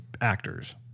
actors